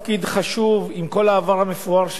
חשוב, עם כל העבר המפואר שלו,